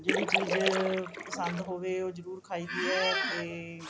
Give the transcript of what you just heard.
ਜਿਹੜੀ ਚੀਜ਼ ਪਸੰਦ ਹੋਵੇ ਉਹ ਜ਼ਰੂਰ ਖਾਈਦੀ ਹੈ ਅਤੇ